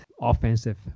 offensive